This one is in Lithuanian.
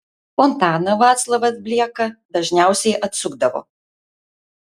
fontaną vaclovas blieka dažniausiai atsukdavo